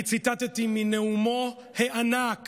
אני ציטטתי מנאומו הענק